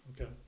Okay